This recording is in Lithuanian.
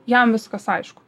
jam viskas aišku